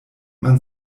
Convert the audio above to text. man